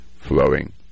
Flowing